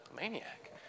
Maniac